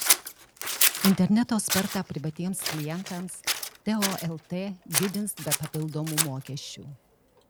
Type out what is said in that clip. interneto spartą privatiems klientams teo lt didins be papildomų mokesčių